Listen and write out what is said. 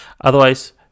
otherwise